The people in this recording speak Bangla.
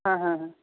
হ্যাঁ হ্যাঁ হ্যাঁ